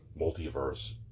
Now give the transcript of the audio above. multiverse